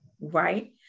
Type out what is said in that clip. right